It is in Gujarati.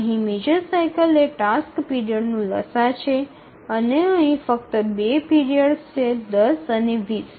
અહીં મેજર સાઇકલ એ ટાસ્ક પીરિયડનું લસાઅ છે અને અહીં ફક્ત ૨ પીરિયડ્સ છે ૧0 અને ૨0